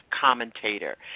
Commentator